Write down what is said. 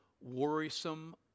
worrisome